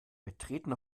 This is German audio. betreten